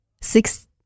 Six